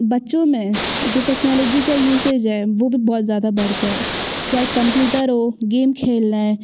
बच्चो में जो टेक्नोलॉजी का यूसेज है वो भी बहुत ज़्यादा बढ़ गया है चाहे कम्प्यूटर हो गेम खेलना है